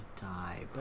die